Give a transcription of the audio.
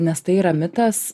nes tai yra mitas